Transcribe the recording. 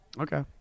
Okay